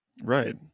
Right